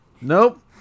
Nope